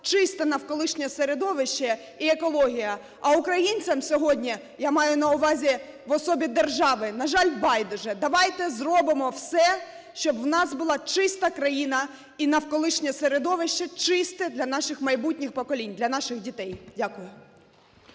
чисте навколишнє середовище і екологія. А українцям сьогодні, я маю на увазі в особі держави, на жаль, байдуже. Давайте зробимо все, щоб в нас була чиста країна і навколишнє середовище чисте для наших майбутніх поколінь, для наших дітей. Дякую.